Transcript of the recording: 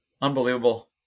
Unbelievable